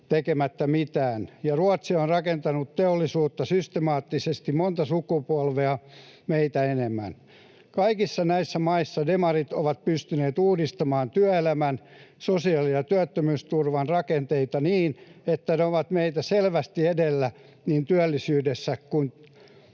tekemättä mitään, ja Ruotsi on rakentanut teollisuutta systemaattisesti monta sukupolvea meitä enemmän. Kaikissa näissä maissa demarit ovat pystyneet uudistamaan työelämän, sosiaali‑ ja työttömyysturvan rakenteita niin, että ne ovat meitä selvästi edellä niin työllisyydessä kuin